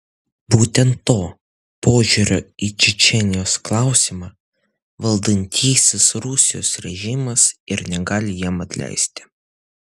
būtent to požiūrio į čečėnijos klausimą valdantysis rusijos režimas ir negali jam atleisti